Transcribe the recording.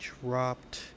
dropped